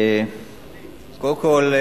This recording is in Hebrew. קודם כול,